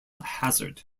hazard